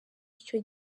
icyo